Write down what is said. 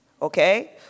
Okay